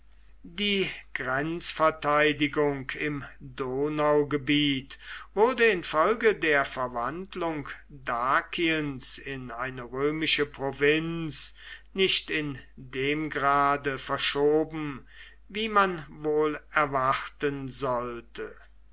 die grenzverteidigung im donaugebiet wurde infolge der verwandlung dakiens in eine römische provinz nicht in dem grade verschoben wie man wohl erwarten sollte